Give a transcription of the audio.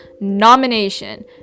nomination